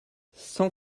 cent